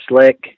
slick